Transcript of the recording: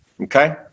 Okay